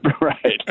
Right